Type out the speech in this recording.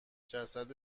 جسد